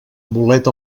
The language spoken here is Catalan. bolet